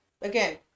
Again